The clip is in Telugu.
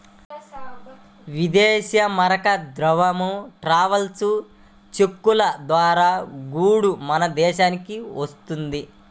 ఇదేశీ మారక ద్రవ్యం ట్రావెలర్స్ చెక్కుల ద్వారా గూడా మన దేశానికి వత్తది